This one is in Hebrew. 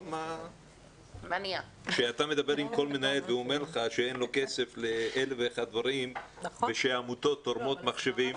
הוא אומר שאין לו כסף לאלף ואחד דברים ושהעמותות תורמות מחשבים?